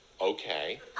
okay